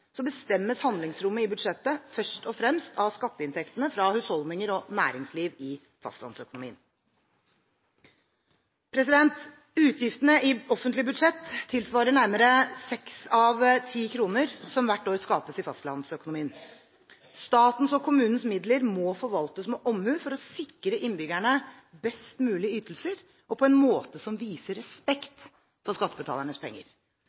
bestemmes handlingsrommet i budsjettet først og fremst av skatteinntektene fra husholdninger og næringslivet i fastlandsøkonomien. Utgiftene i offentlige budsjetter tilsvarer nærmere seks av ti kroner som hvert år skapes i fastlandsøkonomien. Statens og kommunenes midler skal forvaltes med omhu for å sikre innbyggerne best mulig ytelser, og på en måte som viser respekt for skattebetalernes penger.